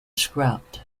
scrapped